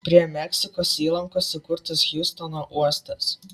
prie meksikos įlankos įkurtas hjustono uostas